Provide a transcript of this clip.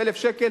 1,000 שקלים.